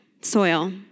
soil